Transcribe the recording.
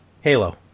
halo